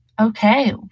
Okay